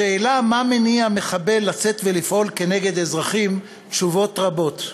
לשאלה מה מניע מחבל לצאת ולפעול כנגד אזרחים תשובות רבות,